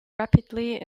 rapidly